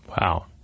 Wow